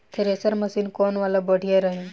Thresher machine कौन वाला बढ़िया रही?